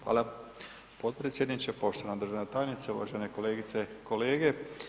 Hvala potpredsjedniče, poštovana državna tajnice, uvažene kolegice i kolege.